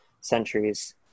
centuries